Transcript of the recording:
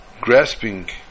grasping